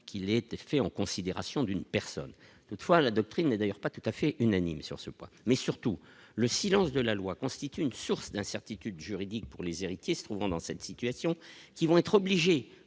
qu'il était fait en considération d'une personne, toutefois, la doctrine est d'ailleurs pas tout à fait unanime sur ce point, mais surtout le silence de la loi constitue une source d'incertitude juridique pour les héritiers se trouvant dans cette situation, qui vont être obligés